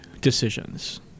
decisions